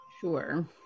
Sure